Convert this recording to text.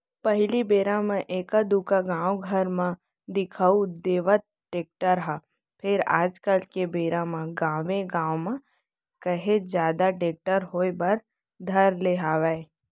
पहिली बेरा म एका दूका गाँव घर म दिखउल देवय टेक्टर ह फेर आज के बेरा म गाँवे गाँव म काहेच जादा टेक्टर होय बर धर ले हवय